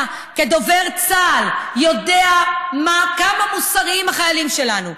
אתה, כדובר צה"ל, יודע כמה מוסריים החיילים שלנו.